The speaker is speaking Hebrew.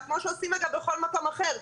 כמו שעושים אגב בכל מקום אחר.